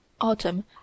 Autumn